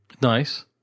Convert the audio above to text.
Nice